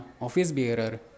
office-bearer